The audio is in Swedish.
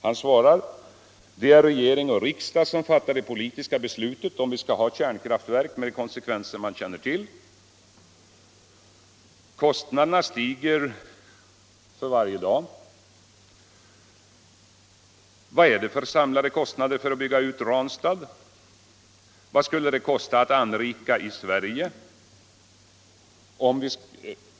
Han svarar: Det är regering och riksdag som fattar det politiska beslutet om vi skall ha ett kärnkraftverk med de konsekvenser man känner till. Kostnaderna stiger för varje dag. Vad är det för samlade kostnader för att bygga ut Ranstad? Vad skulle det kosta att anrika i Sverige?